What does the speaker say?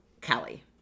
Kelly